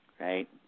right